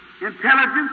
intelligence